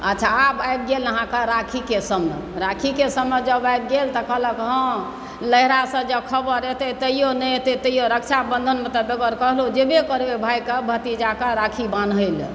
अच्छा आब आबि गेल अहाँकेँ राखीके समय राखीके समय जब आबि गेल तऽ कहलक हँ नहिरासँ जँ खबर एतै तैयो नहि एतै तैयो रक्षाबन्धनमे तऽ बगैर कहलो जेबै करबै भायकेँ भतीजाकेँ राखी बान्है लेल